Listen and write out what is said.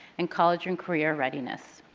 and college and career readiness.